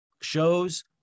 shows